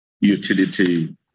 utility